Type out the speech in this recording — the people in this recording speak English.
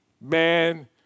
man